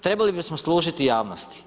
Trebali bismo služiti javnosti.